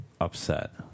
upset